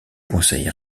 conseil